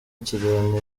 ikiganiro